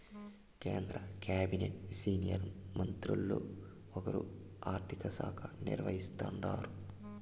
కేంద్ర కాబినెట్లు సీనియర్ మంత్రుల్ల ఒకరు ఆర్థిక శాఖ నిర్వహిస్తాండారు